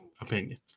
opinion